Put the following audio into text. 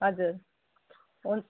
हजुर हुन्